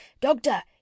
Doctor